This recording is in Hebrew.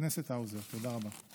תודה רבה.